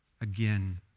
again